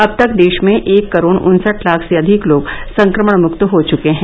अब तक देश में एक करोड़ उन्सठ लाख से अधिक लोग संक्रमणमुक्त हो चुके हैं